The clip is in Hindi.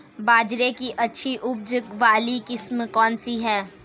बाजरे की अच्छी उपज वाली किस्म कौनसी है?